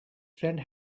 friend